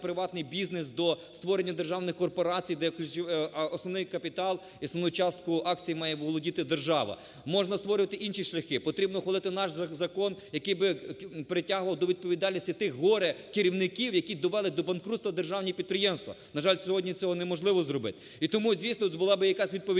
приватний бізнес до створення державних корпорацій, де основний капітал і основну частку акцій має володіти держава. Можна створювати інші шляхи. Потрібно ухвалити наш закон, який би притягував до відповідальності тих горе-керівників, які довели до банкрутства державні підприємства. На жаль, сьогодні цього неможливо зробити. І тому звісно була би якась відповідальність.